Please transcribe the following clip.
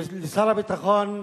לשר הביטחון,